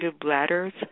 bladders